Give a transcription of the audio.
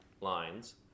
lines